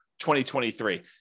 2023